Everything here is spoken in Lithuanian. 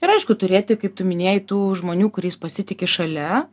ir aišku turėti kaip tu minėjai tų žmonių kuriais pasitiki šalia